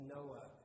Noah